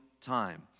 time